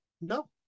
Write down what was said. no